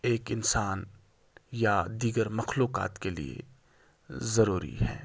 ایک انسان یا دیگر مخلوقات کے لیے ضروری ہیں